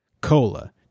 cola